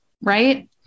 right